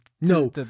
no